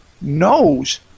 knows